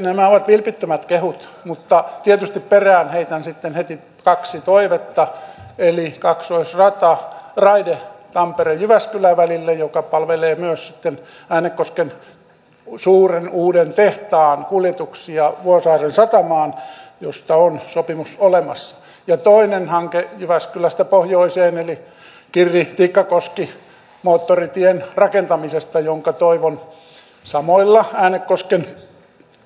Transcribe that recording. nämä ovat vilpittömät kehut mutta tietysti perään heitän sitten heti kaksi toivetta eli kaksoisraiteen tamperejyväskylä välille joka palvelee myös sitten äänekosken suuren uuden tehtaan kuljetuksia vuosaaren satamaan josta on sopimus olemassa ja toisen hankkeen jyväskylästä pohjoiseen eli kirritikkakoski moottoritien rakentamisen jonka toivon samoilla äänekosken